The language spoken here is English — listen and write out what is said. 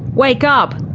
wake up!